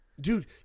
Dude